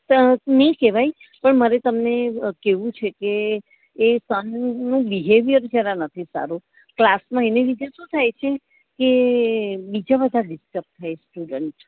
તે નહીં કહેવાય પણ મારે તમને કહેવું છે કે એ સનનું બિહેવિયર જરા નથી સારું ક્લાસમાં એની લીધે શું થાય છે કે બીજા બધા ડિસ્ટર્બ થાય છે સ્ટુડન્ટ